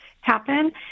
happen